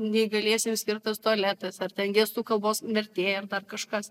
neįgaliesiems skirtas tualetas ar ten gestų kalbos vertėja dar kažkas